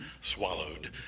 swallowed